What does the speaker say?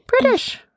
British